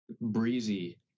breezy